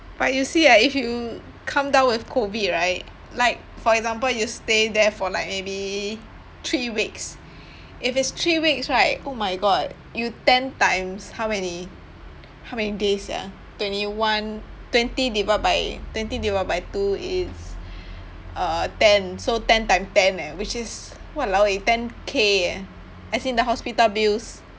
but you see ah if you come down with COVID right like for example you stay there for like maybe three weeks if it's three weeks right oh my god you ten times how many how many days sia twenty one twenty divide by twenty divide by two is uh ten so ten time ten eh which is !walao! eh ten K eh as in the hospital bills